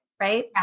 Right